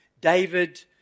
David